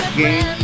game